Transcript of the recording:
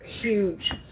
huge